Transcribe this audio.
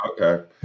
okay